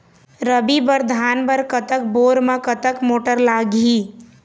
रबी बर धान बर कतक बोर म कतक मोटर लागिही?